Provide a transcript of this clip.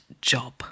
job